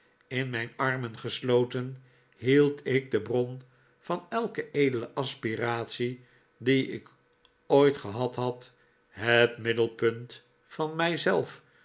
in mijn armen gesloten hield ik de bron van elke edele aspiratie die ik ooit gehad had het middelpunt van